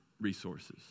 resources